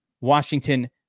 Washington